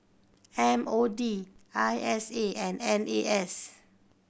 M O D I S A and N A S